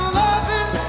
loving